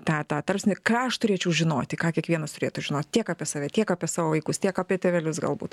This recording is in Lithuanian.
tą tą tarpsnį ką aš turėčiau žinoti ką kiekvienas turėtų žinot tiek apie save tiek apie savo vaikus tiek apie tėvelius galbūt